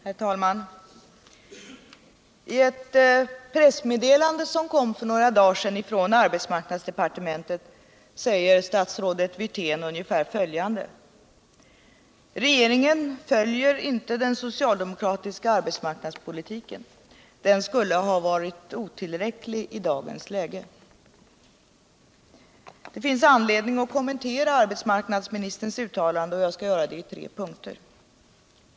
Herr talman! I ett pressmeddelande från arbetsmarknadsdepartementet som kom för några dagar sedan säger statsrådet Wirtén ungefär följande: Regeringen följer inte den socialdemokratiska arbetsmarknadspolitiken den skulle ha varit otillräcklig i dagens läge. Det finns anledning att kommentera arbetsmarknadsministerns uttalande. Jag skall göra det i tre punkter.